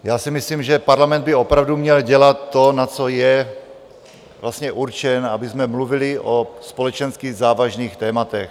Já si myslím, že Parlament by opravdu měl dělat to, na co je určen, abychom mluvili o společensky závažných tématech.